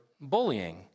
bullying